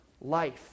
life